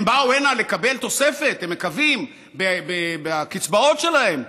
הם באו הנה לקבל תוספת, הם מקווים, לקצבאות שלהם,